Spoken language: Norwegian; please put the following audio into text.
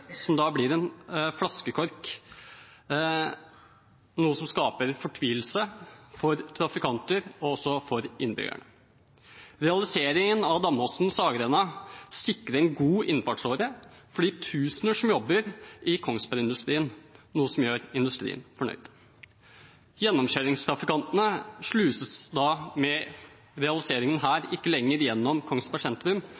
som da blir en flaskehals, noe som skaper fortvilelse hos trafikanter og innbyggerne. Realiseringen av Damåsen–Saggrenda sikrer en god innfartsåre for de tusener som jobber i Kongsberg-industrien, noe som gjør industrien fornøyd. Gjennomkjøringstrafikantene sluses – med denne realiseringen – da ikke lenger gjennom Kongsberg sentrum,